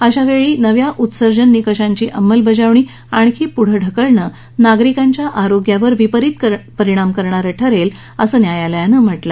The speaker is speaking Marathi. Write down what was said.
अशा स्थितीत नव्या उत्सर्जन निकषांची अंमलबजावणी आणखी पुढं ढकलणं नागरिकांच्या आरोग्यावर विपरीत परिणाम करणारं ठरेल असं न्यायालयान सांगितलं